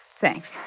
Thanks